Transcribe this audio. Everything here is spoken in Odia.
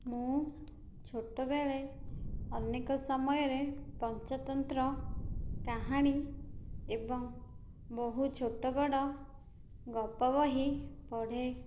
ମୁଁ ଛୋଟବେଳେ ଅନେକ ସମୟରେ ପଞ୍ଚତନ୍ତ୍ର କାହାଣୀ ଏବଂ ବହୁ ଛୋଟ ବଡ଼ ଗପ ବହି ପଢ଼େ